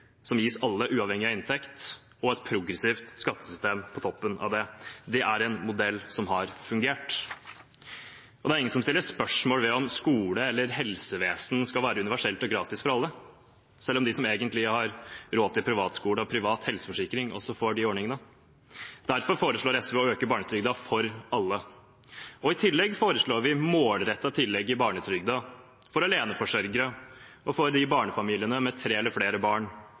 som gis alle, uavhengig av inntekt, og et progressivt skattesystem på toppen av det. Det er en modell som har fungert. Det er ingen som stiller spørsmål ved om skole og helsevesen skal være universelt og gratis for alle, selv om de som egentlig har råd til privatskole og privat helseforsikring, også får disse ordningene. Derfor foreslår SV å øke barnetrygden for alle. I tillegg foreslår vi målrettede tillegg i barnetrygden for aleneforsørgere og for barnefamilier med tre eller flere barn,